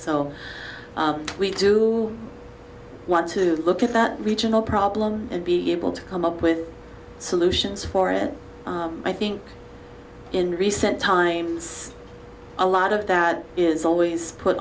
so we do want to look at that regional problem and be able to come up with solutions for it i think in recent times a lot of that is always put